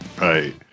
Right